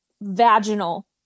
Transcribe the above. vaginal